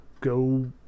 Go